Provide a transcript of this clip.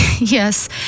Yes